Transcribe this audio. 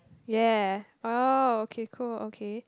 ya ya ya orh okay cool okay